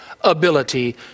ability